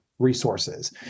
resources